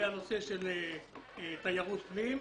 בנושא של תיירות פנים.